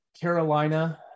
Carolina